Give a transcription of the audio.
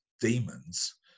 demons